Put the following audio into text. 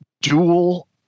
dual